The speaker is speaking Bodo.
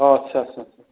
अ आच्चा अच्चा